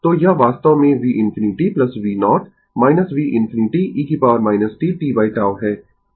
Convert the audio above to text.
तो यह वास्तव में v infinity v0 v infinitye t tτ है